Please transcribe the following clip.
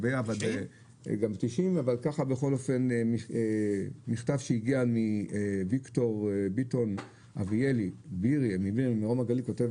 אבל ככה בכל אופן מכתב שהגיע מויקטור ביטון אביאלי ממרום הגליל כותב